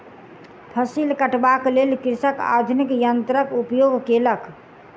फसिल कटबाक लेल कृषक आधुनिक यन्त्रक उपयोग केलक